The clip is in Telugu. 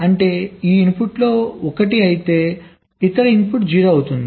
అంటే ఈ ఇన్పుట్లలో ఒకటి 1 అయితే ఇతర ఇన్పుట్ 0 అవుతుంది